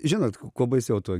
žinot kuo baisiau tuo